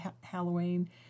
Halloween